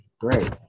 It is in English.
Great